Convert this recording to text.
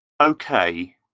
Okay